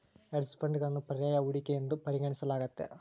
hedge ಫಂಡ್ಗಳನ್ನು ಪರ್ಯಾಯ ಹೂಡಿಕೆ ಎಂದು ಪರಿಗಣಿಸಲಾಗ್ತತೆ